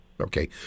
Okay